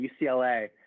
UCLA